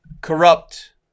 corrupt